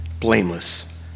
blameless